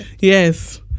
Yes